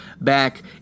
back